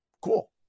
Cool